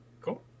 Cool